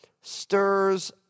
stirs